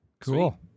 Cool